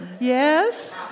Yes